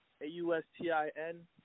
A-U-S-T-I-N